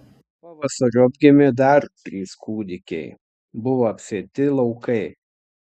pavasariop gimė dar trys kūdikiai buvo apsėti laukai